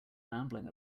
rambling